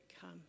come